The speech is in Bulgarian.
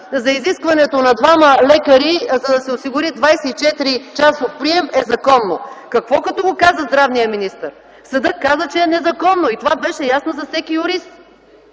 за изискването на двама лекари, за да се осигури 24 часов прием, е законно? Какво като го казва здравният министър? Съдът каза, че е незаконно, и това беше ясно за всеки юрист.